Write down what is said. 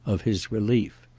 of his relief.